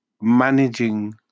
managing